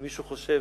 אם מישהו חושב